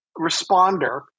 responder